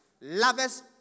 lovers